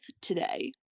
today